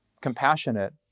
compassionate